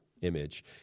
image